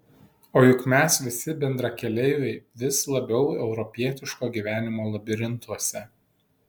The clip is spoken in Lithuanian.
o juk mes visi bendrakeleiviai vis labiau europietiško gyvenimo labirintuose